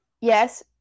yes